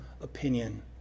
opinion